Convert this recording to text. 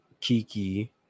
kiki